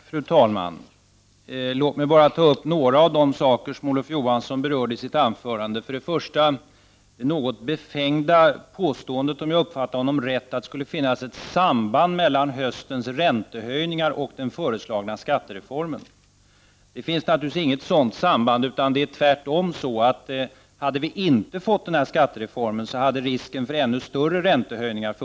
Fru talman! Låt mig bara ta upp några av de saker som Olof Johansson berörde i sitt anförande. Först gjorde han det något befängda påståendet, om jag uppfattade honom rätt, att det skulle finnas ett samband mellan höstens räntehöjningar och den föreslagna skattereformen. Det finns naturligtvis inte något sådant samband, utan det är tvärtom så, att om vi inte hade fått denna skattereform hade det funnits risk för ännu större räntehöjningar.